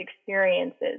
experiences